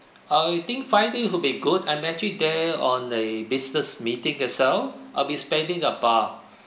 uh I think five days would be good I'm actually there on a business meeting as well I'll be spending about